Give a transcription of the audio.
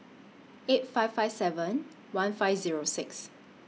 eight five five seven one five Zero six